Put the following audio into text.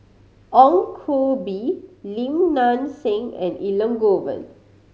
Ong Koh Bee Lim Nang Seng and Elangovan